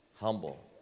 humble